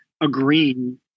agreeing